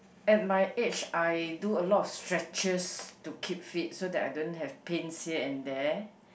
at my age I do a lot of stretches to keep fit so that I don't have pains here and there